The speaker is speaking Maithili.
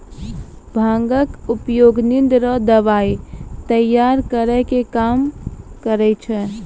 भांगक उपयोग निंद रो दबाइ तैयार करै मे काम करै छै